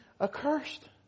accursed